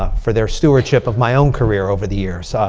ah for their stewardship of my own career over the years.